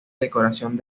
decoración